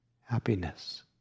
happiness